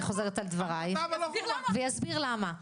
ויסביר למה.